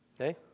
Okay